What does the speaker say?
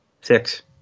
Six